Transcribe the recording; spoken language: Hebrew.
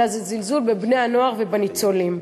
אלא זה זלזול בבני-הנוער ובניצולים.